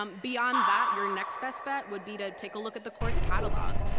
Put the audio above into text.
um beyond that, your next best bet would be to take a look at the course catalog.